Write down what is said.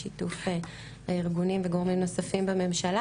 בשיתוף הארגונים וגורמים נוספים בממשלה